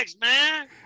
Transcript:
man